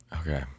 Okay